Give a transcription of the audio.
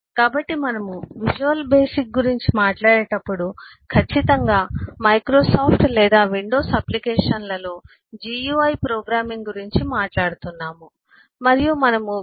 కాబట్టి మనము visual basic గురించి మాట్లాడేటప్పుడు ఖచ్చితంగా మైక్రోసాఫ్ట్ లేదా విండోస్ అప్లికేషన్లలో GUI ప్రోగ్రామింగ్ గురించి మాట్లాడుతున్నాము మరియు మనము vb